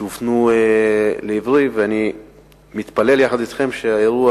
שהופנו לעברי, ואני מתפלל יחד אתכם שהאירוע